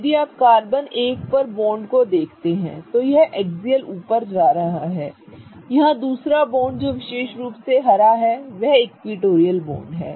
यदि आप कार्बन 1 पर बॉन्ड को देखते हैं तो यह एक्सियल ऊपर जा रहा है यहाँ दूसरा बॉन्ड जो विशेष रूप से हरा है वह इक्विटोरियल बॉन्ड है